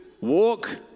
walk